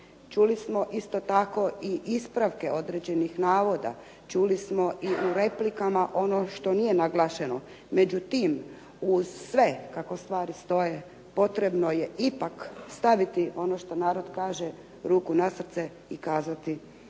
Čuli smo isto tako i ispravke određenih navoda, čuli smo i u replikama ono što nije naglašeno. Međutim, uz sve kako stvari stoje potrebno je ipak staviti ono što narod kaže ruku na srce i kazati da